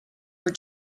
were